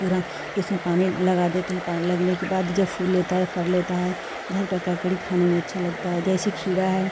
पूरा उसमें पानी लगा देते हैं पानी लगने के बाद जब फूल होता है फल होता है घर का ककड़ी खाने में अच्छा लगता है जैसे खीरा है